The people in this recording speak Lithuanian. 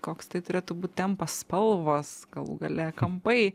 koks tai turėtų būt tempas spalvos galų gale kampai